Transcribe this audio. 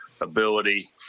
ability